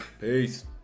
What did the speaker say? peace